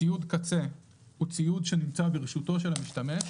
ציוד קצה הוא ציוד שנמצא ברשותו של המשתמש,